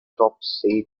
topsy